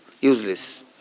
useless